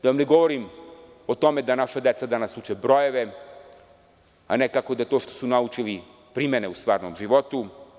Da vam ne govorim o tome da naša deca danas uče brojeve, a ne kako da to što su naučili primene u stvarnom životu.